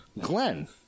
Glenn